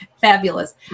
Fabulous